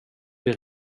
vid